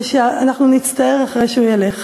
ושאנחנו נצטער אחרי שהוא ילך.